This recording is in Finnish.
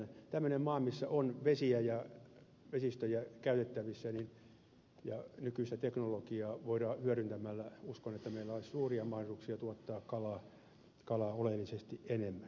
uskon että tällaisessa maassa missä on vesiä ja vesistöjä käytettävissä nykyistä teknologiaa hyödyntämällä olisi suuria mahdollisuuksia tuottaa kalaa oleellisesti enemmän